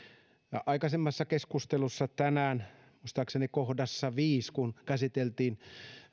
aikaisemmassa keskustelussa tänään muistaakseni kohdassa viisi kun käsiteltiin